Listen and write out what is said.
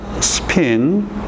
spin